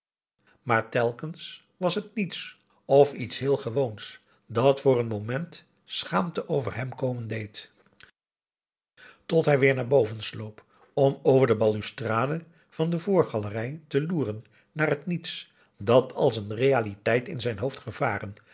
maar telkens was het niets of iets heel gewoons dat voor n moment schaamte over hem komen deed tot hij weer naar boven sloop om over de balustrade van de voorgalerij te loeren naar het niets dat als een realiteit in zijn hoofd gevaren